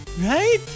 Right